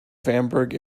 vandenberg